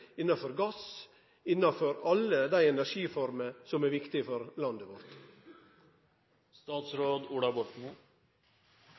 innanfor gass, innanfor alle dei energiformene som er viktige for landet